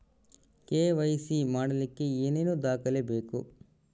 KYC ಮಾಡಲಿಕ್ಕೆ ಏನೇನು ದಾಖಲೆಬೇಕು?